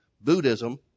Buddhism